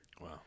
wow